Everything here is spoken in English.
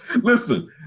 Listen